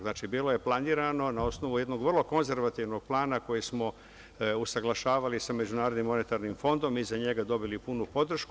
Znači, bilo je planirano na osnovu jednog vrlo konzervativnog plana koji smo usaglašavali sa Međunarodnim monetarnim fondom i za njega dobili punu podršku.